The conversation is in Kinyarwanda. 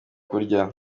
kurya